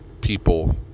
people